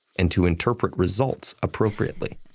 and to interpret results appropriately.